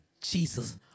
Jesus